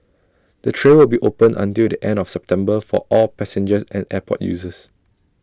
the trail will be open until the end of September for all passengers and airport users